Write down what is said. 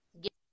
get